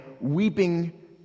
weeping